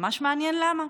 ממש מעניין למה.